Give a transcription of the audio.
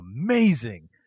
amazing